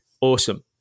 awesome